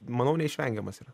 manau neišvengiamas yra